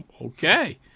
Okay